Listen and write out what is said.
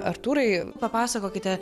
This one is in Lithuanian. artūrai papasakokite